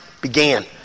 began